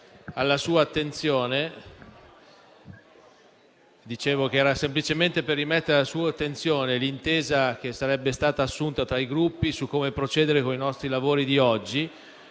Presidente, intervengo semplicemente per rimettere alla sua attenzione l'intesa che sarebbe stata assunta tra i Gruppi su come procedere con i nostri lavori di oggi,